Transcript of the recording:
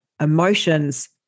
emotions